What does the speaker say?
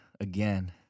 again